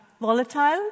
volatile